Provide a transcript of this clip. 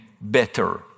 better